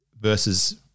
versus